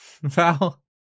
Val